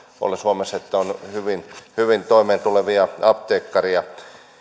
ole suomessa että on hyvin hyvin toimeentulevia apteekkareja